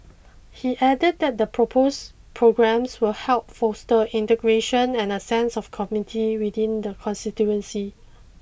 he added that the proposed programmes will help foster integration and a sense of community within the constituency